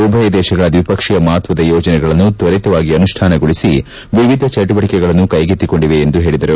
ಉಭಯದೇಶಗಳ ದ್ವಿಪಕ್ಷೀಯ ಮಹತ್ವದ ಯೋಜನೆಗಳನ್ನು ತ್ವರಿತವಾಗಿ ಅನುಷ್ಠಾನಗೊಳಿಸಿ ವಿವಿಧ ಚಟುವಟಕೆಗಳನ್ನು ಕೈಗೆತ್ತಿಕೊಂಡಿವೆ ಎಂದು ಹೇಳದರು